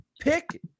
pick